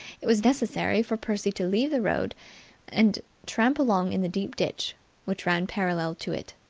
it was necessary for percy to leave the road and tramp along in the deep ditch which ran parallel to it.